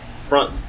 front